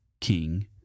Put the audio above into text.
king